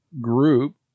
group